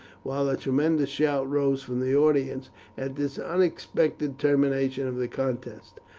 while a tremendous shout rose from the audience at this unexpected termination of the contest.